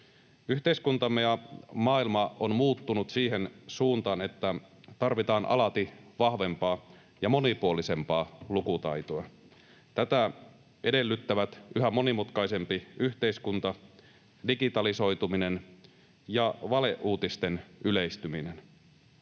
Yhteiskuntamme ja maailma ovat muuttuneet siihen suuntaan, että tarvitaan alati vahvempaa ja monipuolisempaa lukutaitoa. Tätä edellyttävät yhä monimutkaisempi yhteiskunta, digitalisoituminen ja valeuutisten yleistyminen.